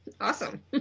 Awesome